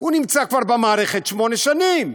הוא נמצא כבר במערכת שמונה שנים,